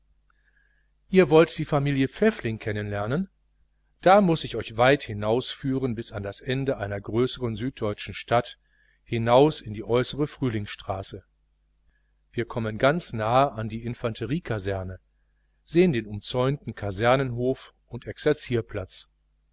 ihr wollt die familie pfäffling kennen lernen da muß ich euch weit hinausführen bis ans ende einer größeren süddeutschen stadt hinaus in die äußere frühlingsstraße wir kommen ganz nahe an die infanteriekaserne sehen den umzäunten kasernenhof und exerzierplatz